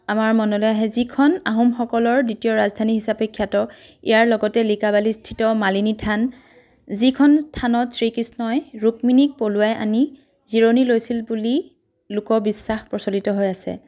আমাৰ মনলৈ আহে যিখন আহোমসকলৰ দ্বিতীয় ৰাজধানী হিচাপে খ্যাত ইয়াৰ লগতে লিকাবালিস্থিত মালিনী থান যিখন থানত শ্ৰীকৃষ্ণই ৰুক্মিণীক পলুৱাই আনি জিৰণি লৈছিল বুলি লোক বিশ্বাস প্ৰচলিত হৈ আছে